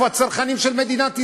איפה הצרכנים של מדינת ישראל?